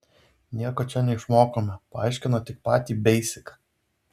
nieko čia neišmokome paaiškino tik patį beisiką